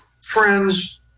friends